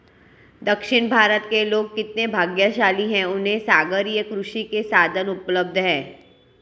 दक्षिण भारत के लोग कितने भाग्यशाली हैं, उन्हें सागरीय कृषि के साधन उपलब्ध हैं